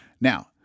Now